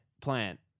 plant